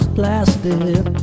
plastic